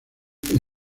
eric